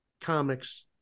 comics